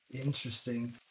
Interesting